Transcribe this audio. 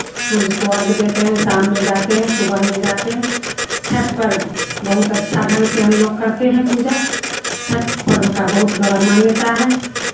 सूर्य को अर्घ्य देते हैं शाम में जाते हैं सुबह में जाते हैं छठ पर्व बहुत अच्छा ढंग से हम लोग करते हैं पूजा छठ पर्व का बहुत बड़ा मान्यता है